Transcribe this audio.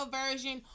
version